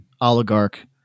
oligarch